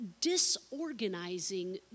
disorganizing